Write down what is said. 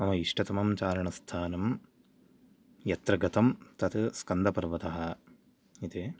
मम इष्टतममं चारणस्थानं यत्र गतं तत् स्कन्दपर्वतः इति